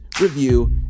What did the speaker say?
review